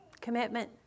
Commitment